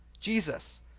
Jesus